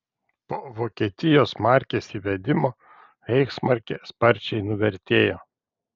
po vokietijos markės įvedimo reichsmarkė sparčiai nuvertėjo